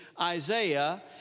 Isaiah